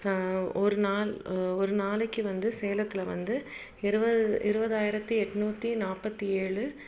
ஒரு நாள் ஒரு நாளைக்கு வந்து சேலத்தில் வந்து இருபது இருபதாயிரத்தி எட்நூற்றி நாற்பத்தி ஏழு